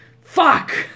Fuck